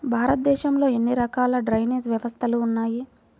భారతదేశంలో ఎన్ని రకాల డ్రైనేజ్ వ్యవస్థలు ఉన్నాయి?